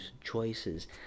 choices